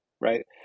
right